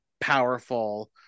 powerful